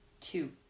Two